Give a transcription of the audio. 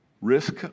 risk